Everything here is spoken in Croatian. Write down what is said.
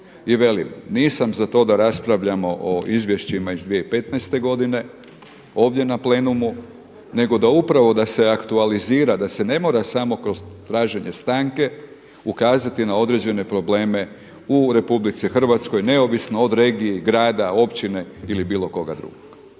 i velim nisam za to da raspravljamo o izvješćima iz 2015. godine ovdje na plenumu nego da se upravo aktualizira da se ne mora samo kroz traženje stanke ukazati na određene probleme u RH neovisno od regije, grada, općine ili bilo koga drugog.